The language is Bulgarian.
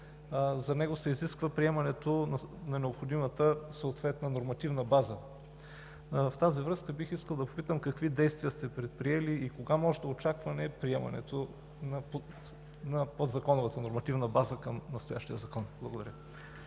полезност, изисква приемането на необходимата съответна нормативна база. В тази връзка, бих искал да попитам, какви действия сте предприели и кога може да очакваме приемането на подзаконовата нормативна база към настоящия закон? Благодаря.